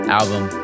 album